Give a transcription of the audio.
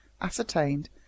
ascertained